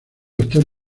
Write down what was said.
estar